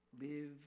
Live